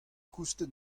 koustet